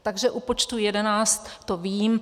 Takže u počtu 11 to vím.